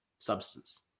substance